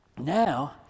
now